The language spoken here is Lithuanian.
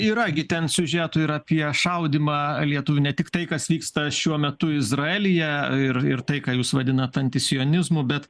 yra gi ten siužetų ir apie šaudymą lietuvių ne tik tai kas vyksta šiuo metu izraelyje ir ir tai ką jūs vadinat antisionizmu bet